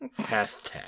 Hashtag